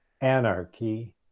anarchy